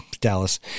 Dallas